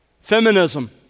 Feminism